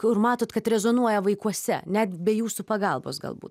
kur matot kad rezonuoja vaikuose net be jūsų pagalbos galbūt